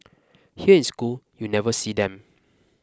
here in school you never see them